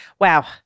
wow